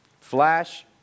Flash